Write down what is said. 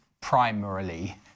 primarily